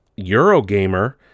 Eurogamer